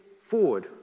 forward